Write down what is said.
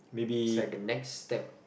it's like the next step